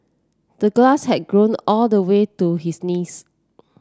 the grass had grown all the way to his knees